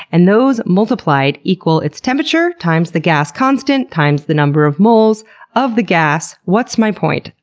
and those multiplied equal its temperature times the gas constant times the number of moles of the gas. what's my point?